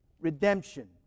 Redemption